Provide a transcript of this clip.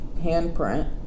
handprint